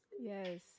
Yes